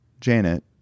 Janet